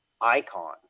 icon